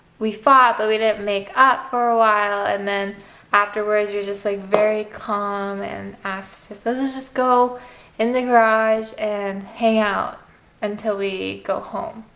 we fought but we didn't make up for a while and then afterwards, you're just like very calm and asked just let's just go in the garage and hang out until we go home.